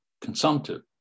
consumptive